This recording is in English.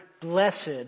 blessed